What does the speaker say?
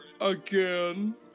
again